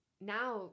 Now